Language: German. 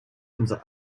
unser